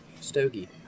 Stogie